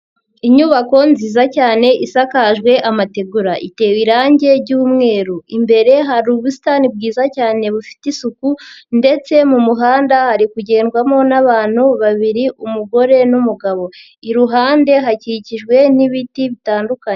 Inyubako nziza cyane isakajwe amategura, itewe irangi ry'umweru, imbere hari ubusitani bwiza cyane bufite isuku ndetse mu muhanda hari kugendwamo n'abantu babiri umugore n'umugabo, iruhande hakikijwe n'ibiti bitandukanye.